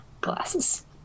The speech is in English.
glasses